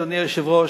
אדוני היושב-ראש,